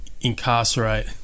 incarcerate